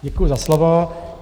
Děkuji za slovo.